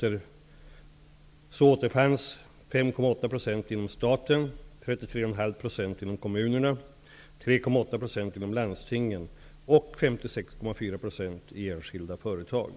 3,8 % inom landstingen och 56,4 % i enskilda företag.